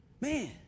Man